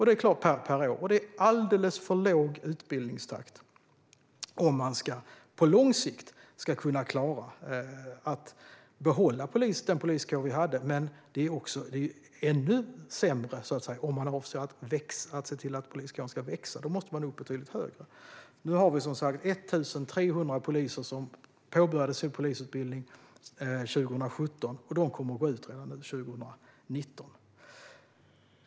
Det är en alldeles för låg utbildningstakt om man på lång sikt ska klara att behålla den poliskår vi hade, men det är ännu sämre om man avser att se till att poliskåren växer. Då måste man upp betydligt högre. Nu har vi som sagt 1 300 poliser som påbörjade sin polisutbildning 2017, och de kommer att gå ut redan 2019.